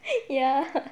ya